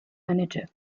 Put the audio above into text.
manager